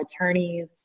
attorneys